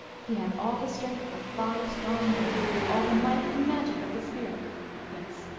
he had all the strength of five strong men, and all the might and magic of the spirit yes,